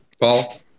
Paul